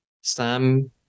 Sam